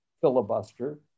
filibuster